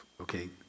Okay